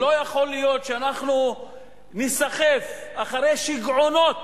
לא יכול להיות שאנחנו ניסחף אחרי שיגעונות